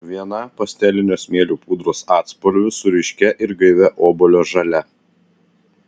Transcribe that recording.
viena pastelinių smėlio pudros atspalvių su ryškia ir gaivia obuolio žalia